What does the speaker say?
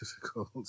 difficult